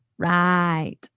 Right